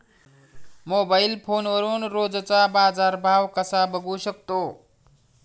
Mobile फोनवरून रोजचा बाजारभाव कसा बघू शकतो?